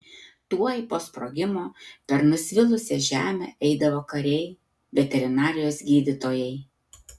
tuoj po sprogimo per nusvilusią žemę eidavo kariai veterinarijos gydytojai